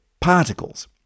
particles